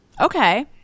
Okay